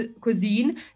cuisine